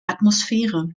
atmosphäre